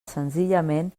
senzillament